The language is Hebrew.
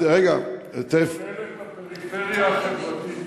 זה כולל את הפריפריה החברתית גם.